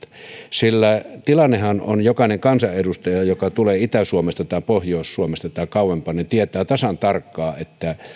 sillä tilannehan on jokainen kansanedustaja joka tulee itä suomesta tai pohjois suomesta tai kauempaa tietää tasan tarkkaan se että